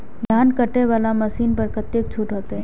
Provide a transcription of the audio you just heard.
धान कटे वाला मशीन पर कतेक छूट होते?